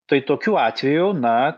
tai tokiu atveju na